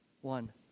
One